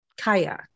Kaya